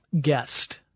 Guest